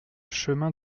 chemin